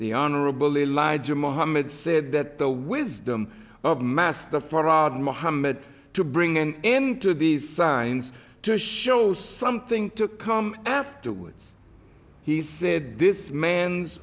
the honorable elijah mohammed said that the wisdom of mass the fraud and mohamed to bring an end to these signs to show something to come afterwards he said this man's